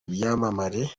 ibyamamare